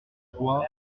trois